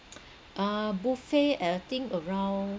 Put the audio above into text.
uh buffet I think around